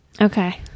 Okay